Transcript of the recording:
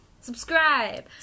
Subscribe